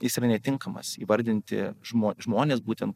jis yra netinkamas įvardinti žmo žmones būtent